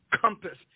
compass